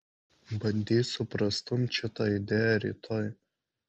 bandysiu prastumt šitą idėją rytoj